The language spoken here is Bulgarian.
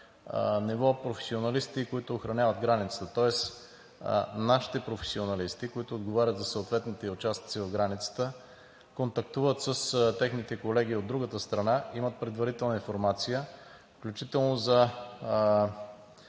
ниво професионалисти, които охраняват границата. Тоест нашите професионалисти, които отговарят за съответните участъци в границата, контактуват с техните колеги от другата страна и имат предварителна информация, включително за